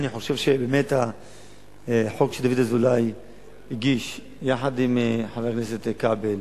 אני חושב שבאמת החוק שדוד אזולאי הגיש יחד עם חבר הכנסת כבל,